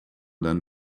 than